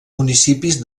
municipis